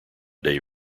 day